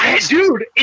Dude